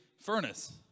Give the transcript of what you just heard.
furnace